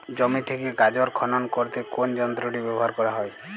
জমি থেকে গাজর খনন করতে কোন যন্ত্রটি ব্যবহার করা হয়?